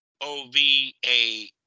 O-V-A